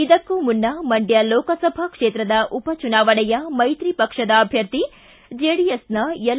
ಇದಕ್ಕೂ ಮುನ್ನ ಮಂಡ್ಯ ಲೋಕಸಭಾ ಕ್ಷೇತ್ರದ ಉಪ ಚುನಾವಣೆಯ ಮೈತ್ರಿ ಪಕ್ಷದ ಅಭ್ಯರ್ಥಿ ಜೆಡಿಎಸ್ನ ಎಲ್